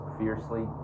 fiercely